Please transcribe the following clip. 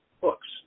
books